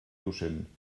docent